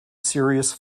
serious